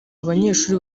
abanyeshuri